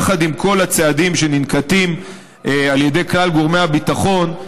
יחד עם הצעדים שננקטים על ידי כלל גורמי הביטחון,